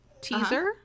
teaser